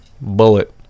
bullet